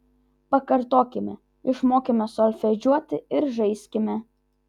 pakartokime išmokime solfedžiuoti ir žaiskime